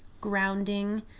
grounding